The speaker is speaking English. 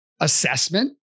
assessment